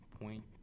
Point